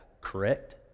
Correct